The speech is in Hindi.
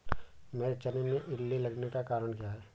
मेरे चने में इल्ली लगने का कारण क्या है?